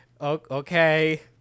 Okay